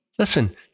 Listen